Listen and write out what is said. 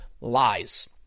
Lies